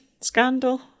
scandal